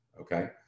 Okay